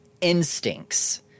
instincts